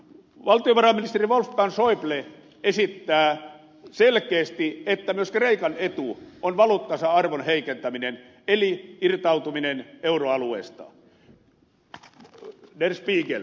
valtiovarainministeri wolfgang schäuble esittää selkeästi että myös kreikan etu on valuuttansa arvon heikentäminen eli irtautuminen euroalueesta lähde der spiegel